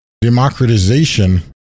democratization